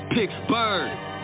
Pittsburgh